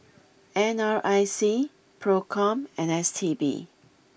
N R I C Procom and S T B